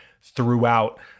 throughout